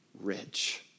rich